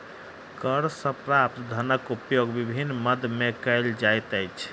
कर सॅ प्राप्त धनक उपयोग विभिन्न मद मे कयल जाइत अछि